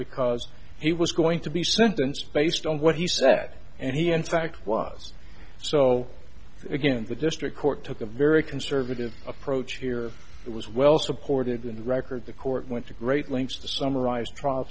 because he was going to be sentenced based on what he said and he in fact was so again the district court took a very conservative approach here it was well supported and record the court went to great lengths to summarize trial